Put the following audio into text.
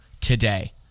today